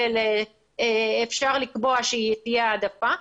אפשר לקבוע שתהיה העדפה,